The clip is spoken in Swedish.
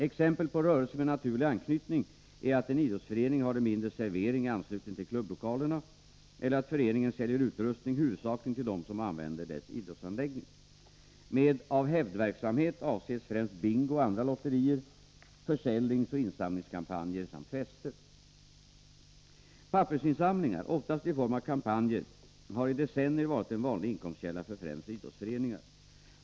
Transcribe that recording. Exempel på rörelse med naturlig anknytning är att en idrottsförening har en mindre servering i anslutning till klubblokalerna eller att föreningen säljer utrustning huvudsakligen till dem som använder dess idrottsanläggning. Med ”av hävd-verksamhet” avses främst bingo och andra lotterier, försäljningsoch insamlingskampanjer samt fester. Pappersinsamlingar — oftast i form av kampanjer — har i decennier varit en vanlig inkomstkälla för främst idrottsföreningar.